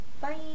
Bye